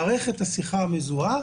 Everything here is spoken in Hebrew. מערכת השיחה המזוהה